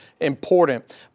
important